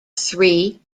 three